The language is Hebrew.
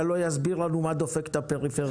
לא יסביר לנו מה דופק את הפריפריה,